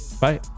Bye